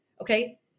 okay